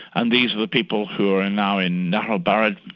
and these are the people who are now in nah al-bared,